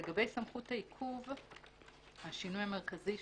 לגבי הסיפור של קנסות.